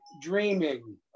dreaming